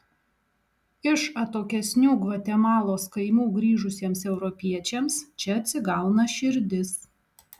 iš atokesnių gvatemalos kaimų grįžusiems europiečiams čia atsigauna širdis